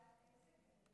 אפשר לדעת איזה?